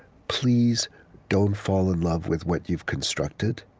please don't fall in love with what you've constructed.